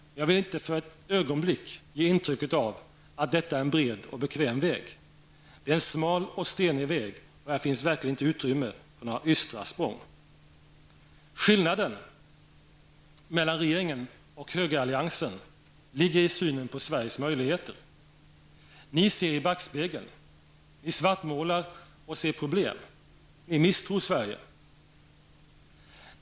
Jag vill inte för ett ögonblick ge intryck av att detta är en bred och bekväm väg. Det är en smal och stenig väg; här finns verkligen inte utrymme för några ystra språng. Skillnaden mellan regeringen och högeralliansen ligger i synen på Sveriges möjligheter. Ni ser i backspegeln. Ni svartmålar och ser problem. Ni misstror Sverige.